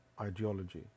ideology